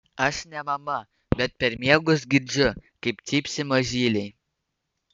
aš ne mama bet per miegus girdžiu kaip cypsi mažyliai